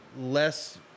less